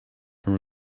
there